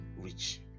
rich